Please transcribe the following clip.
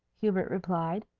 hubert replied.